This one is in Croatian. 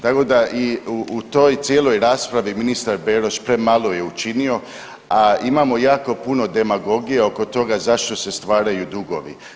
Tako da i u toj cijeloj raspravi ministar Beroš premalo je učinio, a imamo jako puno demagogije oko toga zašto se stvaraju dugovi.